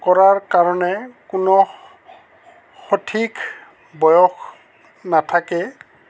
কৰাৰ কাৰণে কোনো সঠিক বয়স নাথাকে